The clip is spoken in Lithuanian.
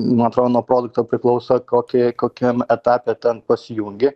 man atrodo nuo produkto priklauso kokį kokiam etape ten pasijungi